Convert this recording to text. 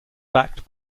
backed